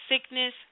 sickness